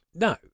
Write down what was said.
No